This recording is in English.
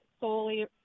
solely